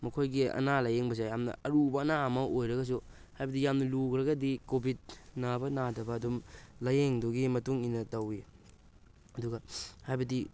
ꯃꯈꯣꯏꯒꯤ ꯑꯅꯥ ꯂꯥꯏꯌꯦꯡꯕꯁꯦ ꯌꯥꯝꯅ ꯑꯔꯨꯕ ꯑꯅꯥꯕ ꯑꯃ ꯑꯣꯏꯔꯒꯁꯨ ꯍꯥꯏꯕꯗꯤ ꯌꯥꯝꯅ ꯂꯨꯈ꯭ꯔꯒꯗꯤ ꯀꯣꯚꯤꯗ ꯅꯥꯕ ꯅꯥꯗꯕ ꯑꯗꯨꯝ ꯂꯥꯏꯌꯦꯡꯗꯨꯒꯤ ꯃꯇꯨꯡ ꯏꯟꯅ ꯇꯧꯋꯤ ꯑꯗꯨꯒ ꯍꯥꯏꯕꯗꯤ